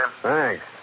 Thanks